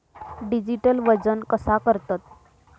Digital वजन कसा करतत?